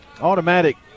automatic